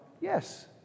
Yes